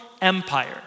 empire